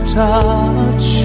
touch